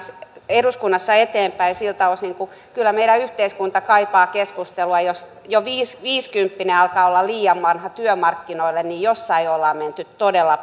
eduskunnassa eteenpäin siltä osin koska kyllä meidän yhteiskuntamme kaipaa keskustelua jos jo viisikymppinen alkaa olla liian vanha työmarkkinoille niin jossain on menty todella